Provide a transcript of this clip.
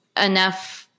enough